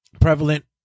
prevalent